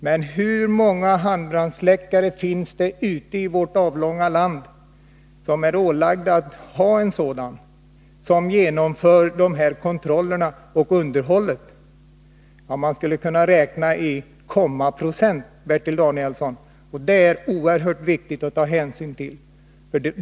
Men hur många är det av alla dem ute i vårt avlånga land som är ålagda att ha handbrandsläckare som verkligen genomför dessa kontroller och sköter underhållet? De skulle kunna räknas i delar av procent, Bertil Danielsson. Det är mycket viktigt att ta hänsyn till detta.